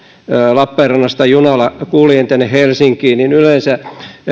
lappeenrannasta junalla kuljen tänne helsinkiin yleensä